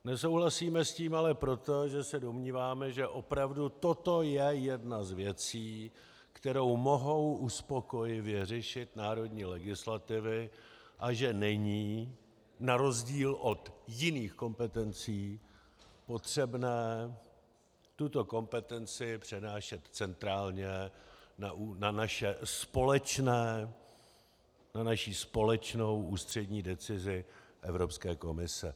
Nesouhlasíme s tím ale proto, že se domníváme, že opravdu toto je jedna z věcí, kterou mohou uspokojivě řešit národní legislativy, a že není, na rozdíl od jiných kompetencí, potřebné tuto kompetenci přenášet centrálně na naši společnou ústřední decizi Evropské komise.